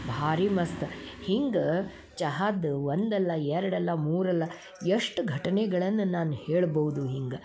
ಭಾರಿ ಮಸ್ತ್ ಹಿಂಗೆ ಚಹಾದು ಒಂದಲ್ಲ ಎರಡಲ್ಲ ಮೂರಲ್ಲ ಎಷ್ಟು ಘಟನೆಗಳನ್ನು ನಾನು ಹೇಳ್ಬೌದು ಹಿಂಗೆ